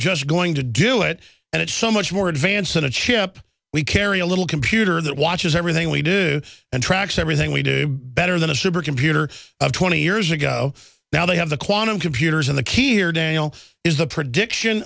just going to do to it and it's so much more advanced than a chip we carry a little computer that watches everything we do and tracks everything we do better than a supercomputer of twenty years ago now they have the quantum computers and the key here dale is the prediction